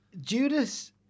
Judas